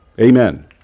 Amen